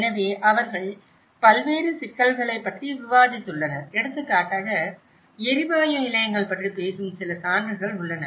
எனவே அவர்கள் பல்வேறு சிக்கல்களைப் பற்றி விவாதித்துள்ளனர் எடுத்துக்காட்டாக எரிவாயு நிலையங்கள் பற்றி பேசும் சில சான்றுகள் உள்ளன